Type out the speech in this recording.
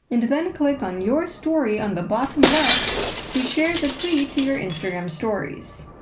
and then click on your story on the bottom left to share the tweet to your instagram stories.